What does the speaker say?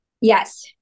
yes